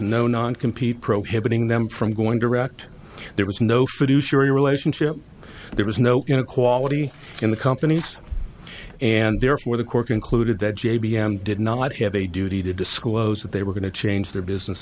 no non compete prohibiting them from going direct there was no should use your relationship there was no inequality in the company and therefore the court concluded that j b m did not have a duty to disclose that they were going to change their business